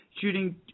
shooting